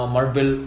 Marvel